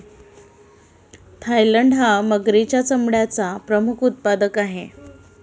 Thailand हा मगरीच्या चामड्याचा प्रमुख उत्पादक आहे